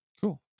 Cool